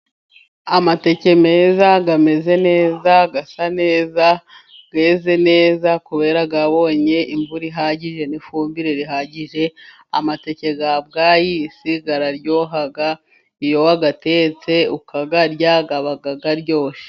Amateke meza ameze neza asa neza yeze neza kubera yabonye imvura ihagije n'ifumbire ihagije. Amateke ya bwayisi araryoha iyo wayatetse ukayarya aba aryoshye.